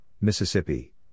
Mississippi